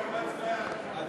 רץ לאט.